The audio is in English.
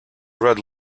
red